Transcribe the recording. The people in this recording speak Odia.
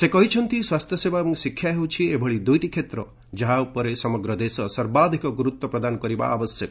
ସେ କହିଛନ୍ତି ସ୍ୱାସ୍ଥ୍ୟସେବା ଏବଂ ଶିକ୍ଷା ହେଉଛି ଏଭଳି ଦୁଇଟି କ୍ଷେତ୍ର ଯାହା ଉପରେ ସମଗ୍ର ଦେଶ ସର୍ବାଧିକ ଗୁରୁତ୍ୱ ପ୍ରଦାନ କରିବା ଆବଶ୍ୟକ